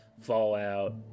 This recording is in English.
Fallout